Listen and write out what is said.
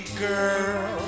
girl